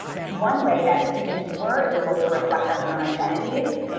one way that students were able to reflect on their own identities,